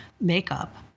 makeup